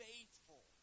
faithful